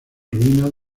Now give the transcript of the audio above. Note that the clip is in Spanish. ruinas